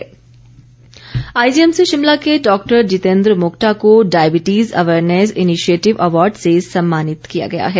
पुरस्कार आईजीएमसी शिमला के डॉ जितेंद्र मोक्टा को डायबिटीज अवेयरनेस इनिशिएटिव अवार्ड से सम्मानित किया गया है